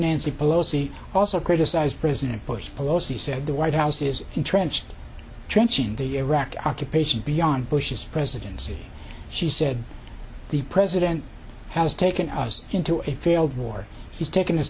nancy pelosi also criticized president bush pelosi said the white house is entrenched trenching the iraq occupation beyond bush's presidency she said the president has taken us into a failed war he's taken